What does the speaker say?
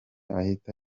ahita